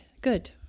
Good